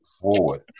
forward